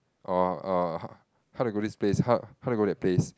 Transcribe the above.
oh oh how to go this place how how to go that place